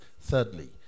Thirdly